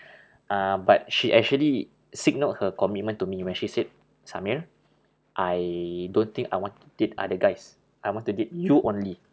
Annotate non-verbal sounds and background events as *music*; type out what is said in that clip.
*breath* uh but she actually signalled her commitment to me when she said samir I don't think I want to date other guys I want to date you only